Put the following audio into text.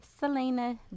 Selena